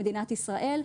למדינת ישראל.